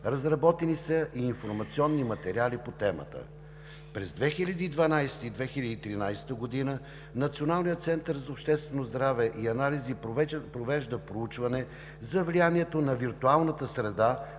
Разработени са и информационни материали по темата. През 2012-а и 2013 г. Националният център по обществено здраве и анализи провежда проучване за влиянието на виртуалната среда